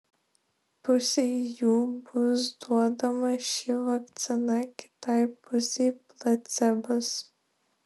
pusei jų bus duodama ši vakcina kitai pusei placebas